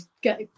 get